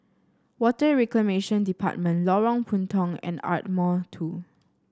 Water Reclamation Department Lorong Puntong and Ardmore Two